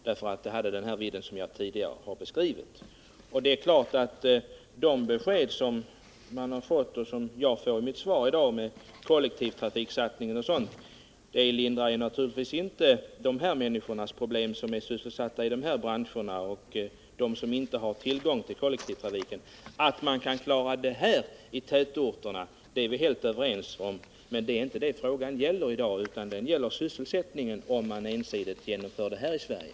De besked som uppvaktningen fick och som jag fått här i dag om en utbyggnad av kollektivtrafiken o. d. minskar naturligtvis inte oron hos de människor som är sysselsatta inom den här branschen och inte heller hos dem som inte har tillgång till kollektivtrafik. Att problemen går att lösa i tätorterna är vi helt överens om, men det är inte det frågan gäller. Den gäller sysselsättningen och de konsekvenser för denna som de bestämmelser vi diskuterar skulle kunna få, om de infördes här i Sverige.